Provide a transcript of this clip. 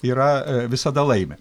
yra visada laimi